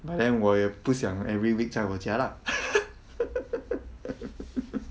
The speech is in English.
but then 我也不想 every week 在我家 lah